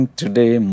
today